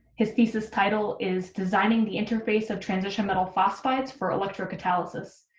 his thesis title is designing the interface of transition metal phosphites for electrocatalysis.